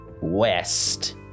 west